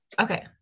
Okay